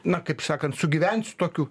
na kaip sakant sugyvent su tokiu